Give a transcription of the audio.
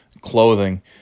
clothing